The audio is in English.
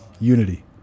Unity